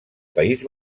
país